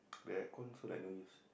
the aircon also like no use